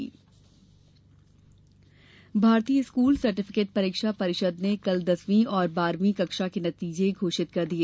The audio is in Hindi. आईसीएसई भारतीय स्कूल सर्टिफिकेट परीक्षा परिषद ने कल दसवीं और बारहवीं कक्षा के नतीजे घोषित कर दिए